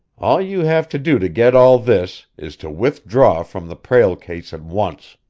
all you have to do to get all this is to withdraw from the prale case at once.